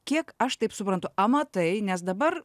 kiek aš taip suprantu amatai nes dabar